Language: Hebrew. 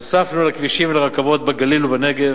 הוספנו לכבישים ולרכבות בגליל ובנגב,